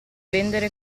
vendere